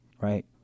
right